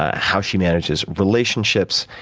how she manages relationships,